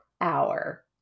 hour